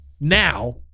Now